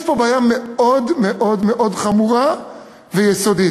יש פה בעיה מאוד מאוד מאוד חמורה ויסודית,